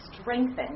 strengthen